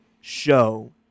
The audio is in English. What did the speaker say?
Show